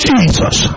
Jesus